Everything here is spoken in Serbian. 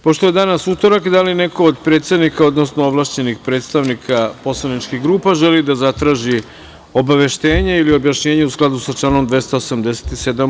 Pošto je danas utorak, da li neko od predsednika, odnosno ovlašćenih predstavnika poslaničkih grupa želi da zatraži obaveštenje ili objašnjenje u skladu sa članom 287.